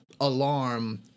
alarm